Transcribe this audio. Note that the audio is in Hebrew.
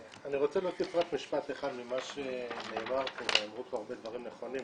רוצה להוסיף רק משפט אחד למה שנאמר פה ואמרו פה הרבה דברים נכונים,